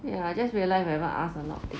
ya just realise we haven't asked a lot